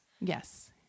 yes